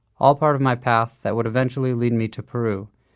all part of my path that would eventually lead me to peru,